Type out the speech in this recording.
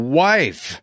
wife